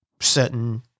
certain